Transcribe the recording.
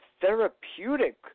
therapeutic